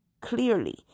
clearly